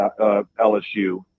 LSU